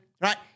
right